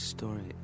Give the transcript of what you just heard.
story